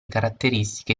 caratteristiche